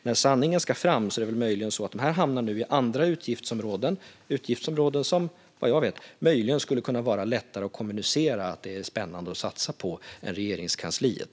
Om sanningen ska fram hamnar väl nu dessa pengar i andra utgiftsområden som, vad vet jag, möjligen skulle kunna vara lättare att kommunicera att de är spännande att satsa på än Regeringskansliet.